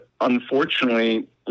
unfortunately